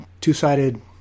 two-sided